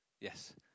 Yes